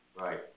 Right